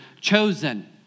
chosen